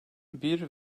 bir